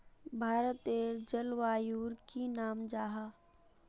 भारतेर जलवायुर की नाम जाहा?